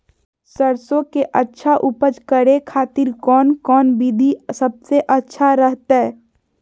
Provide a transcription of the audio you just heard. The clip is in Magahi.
सरसों के अच्छा उपज करे खातिर कौन कौन विधि सबसे अच्छा रहतय?